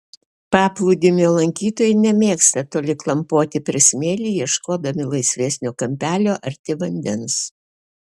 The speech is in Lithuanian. paplūdimio lankytojai nemėgsta toli klampoti per smėlį ieškodami laisvesnio kampelio arti vandens